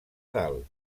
dalt